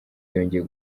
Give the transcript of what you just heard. yongeye